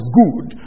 good